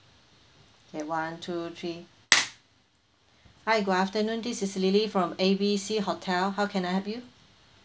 okay one two three hi good afternoon this is lily from A B C hotel how can I help you